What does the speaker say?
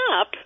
up